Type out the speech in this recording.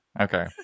Okay